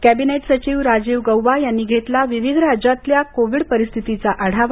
cabinet सचिव राजीव गौबा यांनी घेतला विविध राज्यातल्या कोविड परिस्थितीचा आढावा